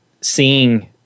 seeing